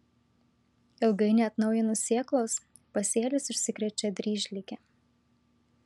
ilgai neatnaujinus sėklos pasėlis užsikrečia dryžlige